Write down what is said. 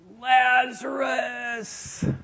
Lazarus